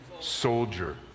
soldier